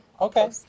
okay